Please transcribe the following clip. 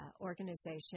organization